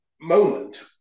Moment